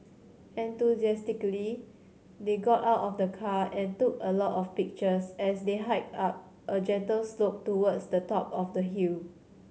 enthusiastically they got out of the car and took a lot of pictures as they hiked up a gentle slope towards the top of the hill